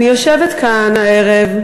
אני יושבת כאן הערב,